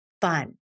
fun